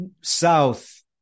south